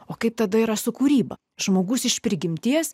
o kaip tada yra su kūryba žmogus iš prigimties